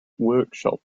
workshop